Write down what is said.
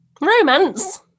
Romance